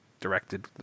directed